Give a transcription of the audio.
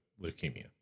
leukemia